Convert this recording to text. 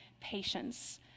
patience